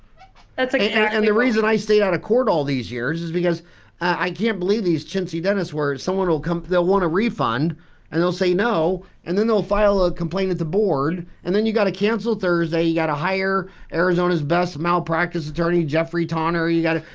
that's like yeah the reason i stayed outta court all these years is because i can't believe these chintzy dentists were someone will come they'll want a refund and they'll say no and then they'll file a complaint at the board and then you got to cancel thursday you got a hire arizona's best malpractice attorney jeffrey turner you got a,